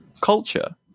culture